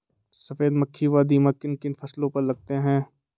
सफेद मक्खी व दीमक किन किन फसलों पर लगते हैं?